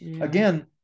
again